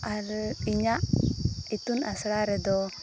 ᱟᱨ ᱤᱧᱟᱹᱜ ᱤᱛᱩᱱ ᱟᱥᱲᱟ ᱨᱮᱫᱚ